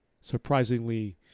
surprisingly